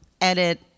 edit